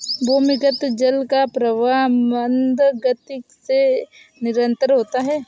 भूमिगत जल का प्रवाह मन्द गति से निरन्तर होता है